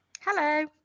Hello